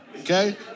okay